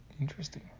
Interesting